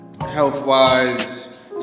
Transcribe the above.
health-wise